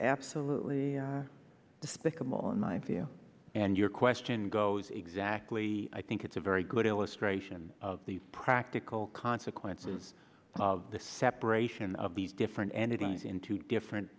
absolutely despicable in my view and your question goes exactly i think it's a very good illustration of the practical consequences of the separation of these different entities into different